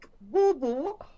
boo-boo